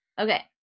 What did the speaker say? Okay